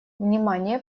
внимание